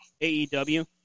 AEW